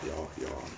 your your